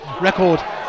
Record